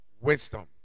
Wisdom